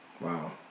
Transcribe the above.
Wow